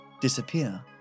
disappear